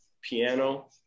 piano